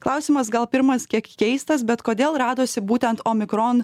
klausimas gal pirmas kiek keistas bet kodėl radosi būtent omikron